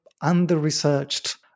under-researched